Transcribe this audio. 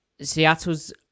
seattle's